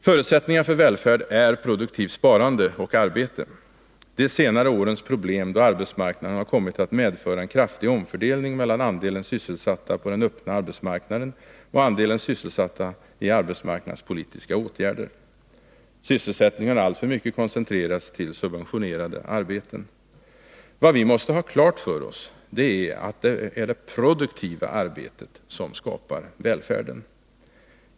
Förutsättningar för välfärd är produktivt sparande och arbete. De senare årens problem på arbetsmarknaden har kommit att medföra en kraftig omfördelning mellan andelen sysselsatta på den öppna arbetsmarknaden och andelen sysselsatta genom arbetsmarknadspolitiska åtgärder. Sysselsättningen har alltför mycket koncentrerats till suvbentionerade arbeten. Vad vi måste ha klart för oss är att det är det produktiva arbetet som skapar välfärden.